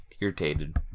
Irritated